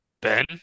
Ben